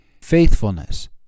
faithfulness